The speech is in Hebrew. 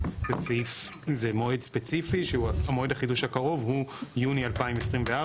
זה מועד ספציפי שהוא מועד החידוש הקרוב הוא יוני 2024,